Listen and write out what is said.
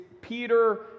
Peter